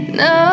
no